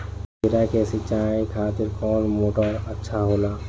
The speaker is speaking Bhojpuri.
खीरा के सिचाई खातिर कौन मोटर अच्छा होला?